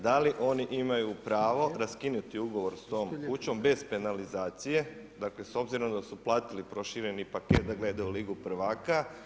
Da li oni imaju pravo raskinuti ugovor s tom kućom bez penalizacije dakle s obzirom da su platili prošireni paket da gledaju Ligu prvaka?